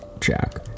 Jack